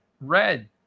red